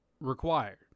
required